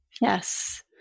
Yes